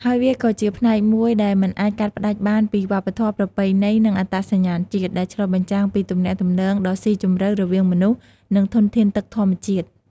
ហើយវាក៏ជាផ្នែកមួយដែលមិនអាចកាត់ផ្ដាច់បានពីវប្បធម៌ ប្រពៃណី និងអត្តសញ្ញាណជាតិ ដែលឆ្លុះបញ្ចាំងពីទំនាក់ទំនងដ៏ស៊ីជម្រៅរវាងមនុស្ស និងធនធានទឹកធម្មជាតិ។